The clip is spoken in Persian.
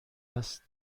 است